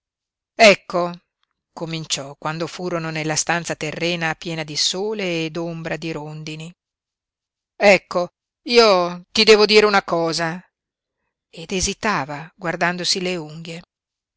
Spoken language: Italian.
ecco cominciò quando furono nella stanza terrena piena di sole e d'ombra di rondini ecco io ti devo dire una cosa ed esitava guardandosi le unghie